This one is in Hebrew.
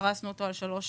פרסנו אותו על שלוש שנים,